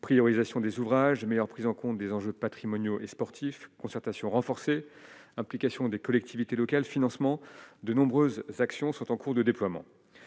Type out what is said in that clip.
priorisation des ouvrages meilleure prise en compte des enjeux patrimoniaux et sportif concertation renforcée implication des collectivités locales, financement de nombreuses actions sont en cours de déploiement.